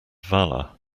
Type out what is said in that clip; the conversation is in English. valour